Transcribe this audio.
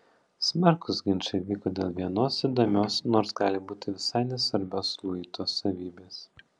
smarkūs ginčai vyko dėl vienos įdomios nors gali būti visai nesvarbios luito savybės